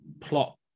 plot